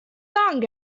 dank